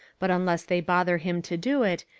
but unless they bother him to do it,